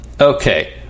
okay